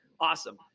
awesome